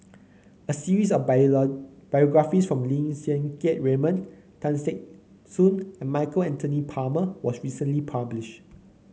a series of biographies from Lim Siang Keat Raymond Tan Teck Soon and Michael Anthony Palmer was recently published